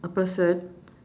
a person